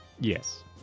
Yes